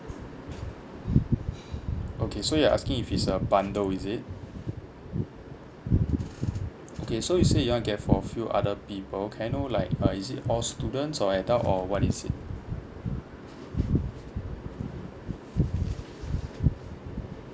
okay so you're asking if it's a bundle is it okay so you say you want to get for a few other people can I know like uh is it all students or adult or what is it